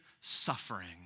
suffering